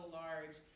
large